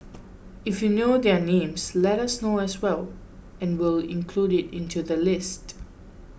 if you know their names let us know as well and we'll include it into the list